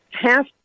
half